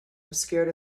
obscured